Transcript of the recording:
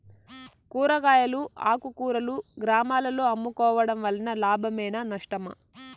కూరగాయలు ఆకుకూరలు గ్రామాలలో అమ్ముకోవడం వలన లాభమేనా నష్టమా?